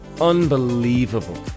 unbelievable